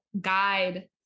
guide